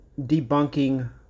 debunking